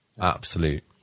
absolute